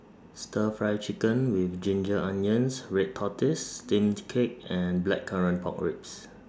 Stir Fry Chicken with Ginger Onions Red Tortoise Steamed Cake and Blackcurrant Pork Ribs